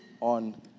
on